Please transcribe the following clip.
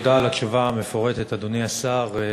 תודה על התשובה המפורטת, אדוני השר.